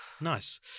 Nice